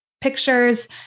pictures